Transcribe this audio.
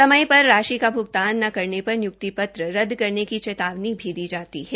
समय पर राशि का भ्गतान न करने पर निय्क्ति पत्र रद्द करने की चेतावती भी दी जाती है